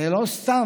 זה לא סתם.